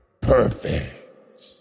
Perfect